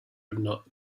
not